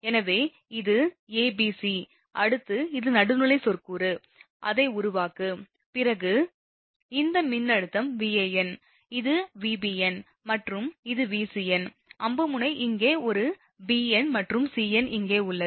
எனவே இது a b c அடுத்து இது நடுநிலை சொற்கூறு அதை உருவாக்கு பிறகு இந்த மின்னழுத்தம் Van இது Vbn மற்றும் இது Vcn அம்பு முனை இங்கே ஒரு bn மற்றும் cn இங்கே உள்ளது